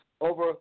over